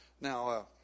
Now